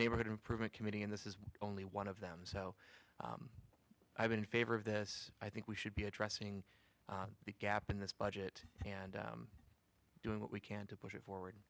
neighborhood improvement committee and this is only one of them so i've been in favor of this i think we should be addressing the gap in this budget and doing what we can to push it forward